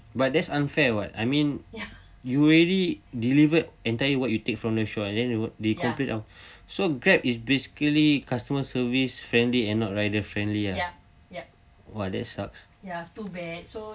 but that's unfair [what] I mean you already delivered until you take from the shop and then they complain so grab is basically customer service friendly and not rider friendly ah !wah! that sucks